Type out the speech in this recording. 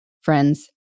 friends